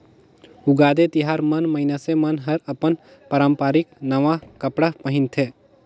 उगादी तिहार मन मइनसे मन हर अपन पारंपरिक नवा कपड़ा पहिनथे